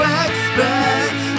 expect